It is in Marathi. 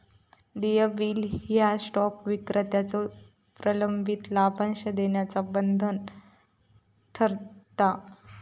देय बिल ह्या स्टॉक विक्रेत्याचो प्रलंबित लाभांश देण्याचा बंधन ठरवता